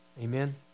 Amen